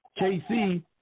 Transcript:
KC